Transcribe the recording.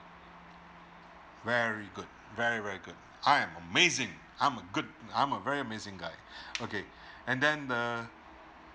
very good very very good I am amazing I'm a good I'm a very amazing guy okay and then the